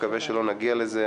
אני מקווה שלא נגיע לזה.